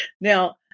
Now